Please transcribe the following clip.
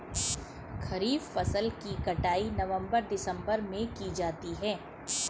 खरीफ फसल की कटाई नवंबर दिसंबर में की जाती है